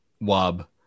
Wob